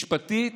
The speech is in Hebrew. משפטית,